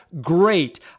great